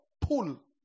pull